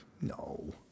No